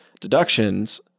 deductions